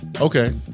Okay